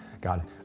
God